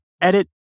edit